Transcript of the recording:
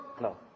No